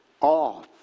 off